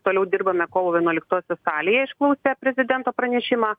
toliau dirbame kovo vienuoliktosios salėje išklausę prezidento pranešimą